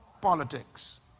politics